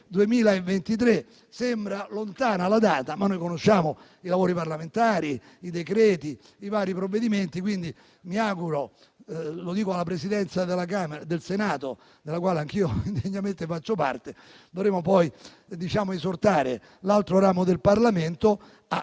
che sembra lontana, ma noi conosciamo i lavori parlamentari, i decreti-legge e i vari provvedimenti. Mi rivolgo alla Presidenza del Senato, della quale anch'io degnamente faccio parte; dovremo poi esortare l'altro ramo del Parlamento